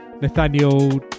Nathaniel